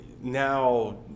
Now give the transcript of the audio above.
now